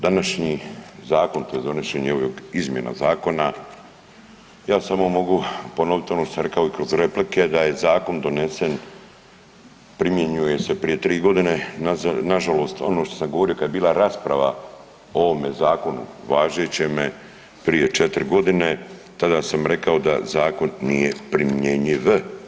Današnji Zakon tj. donošenje ovog izmjena zakona, ja samo mogu ponoviti ono što sam rekao i kroz replike, da je Zakon donesen primjenjuje se prije tri godine, nažalost, ono što sam govorio kad je bila rasprava o ovome Zakonu, važećeme, prije 4 godine, tada sam rekao da Zakon nije primjenjiv.